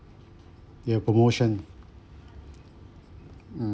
ya promotion mm~